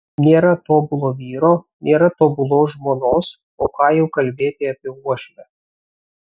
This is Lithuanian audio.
nėra tobulo vyro nėra tobulos žmonos o ką jau kalbėti apie uošvę